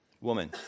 Woman